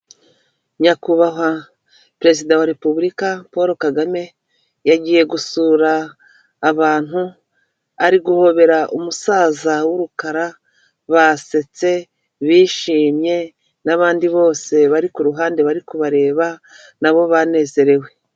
Nyakubahwa Perezida wa Repubulika Paul Kagame yagiye gusura abantu. Ariguhobera umusaza w'urukara, basetse, bishimye, n'abandi bose bari ku ruhande barikubareba n'abo banezerewe.